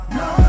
no